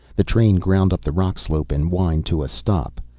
the train ground up the rock slope and whined to a stop.